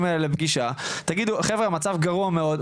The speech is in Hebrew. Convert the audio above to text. האלה לפגישה ותגידו 'חבר'ה המצב גרוע מאוד,